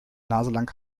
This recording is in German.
naselang